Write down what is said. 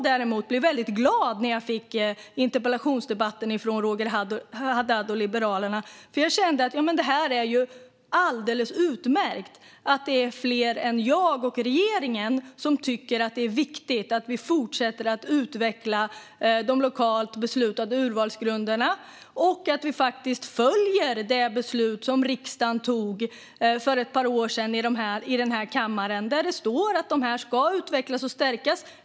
Däremot blev jag väldigt glad när jag fick interpellationen från Roger Haddad och Liberalerna, för jag kände att det är alldeles utmärkt att det är fler än jag och regeringen som tycker att det är viktigt att vi fortsätter att utveckla de lokalt beslutade urvalsgrunderna och att vi följer det beslut som riksdagen fattade för ett par år sedan i denna kammare, där det står att de ska utvecklas och stärkas.